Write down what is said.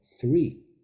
three